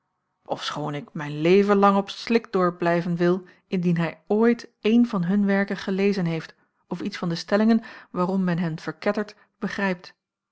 ofschoon ik mijn leven lang op slikdorp blijven wil indien hij ooit een van hun werken gelezen heeft of iets van de stellingen waarom men hen verkettert begrijpt